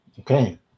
Okay